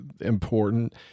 important